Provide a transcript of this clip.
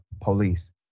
police